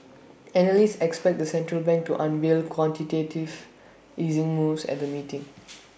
analysts expect the central bank to unveil quantitative easing moves at the meeting